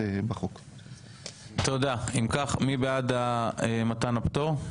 מי בעד מתן הפטור,